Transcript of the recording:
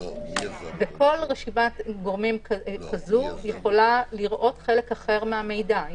וכל רשימת גורמים כזו יכולה לראות חלק אחר מהמידע.